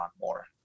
more